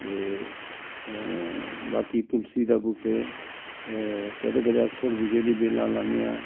ते बाकी तुलसी दे बूह्टे कदें कदें अस खरबूजे दी बेल्लां लान्ने आं